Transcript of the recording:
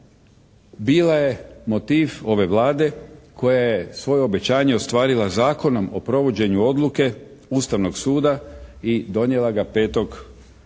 bila je motiv ove Vlade koja je svoje obećanje ostvarila Zakonom o provođenju Odluke Ustavnog suda i donijela ga 5. kolovoza